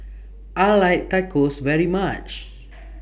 I like Tacos very much